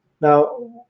Now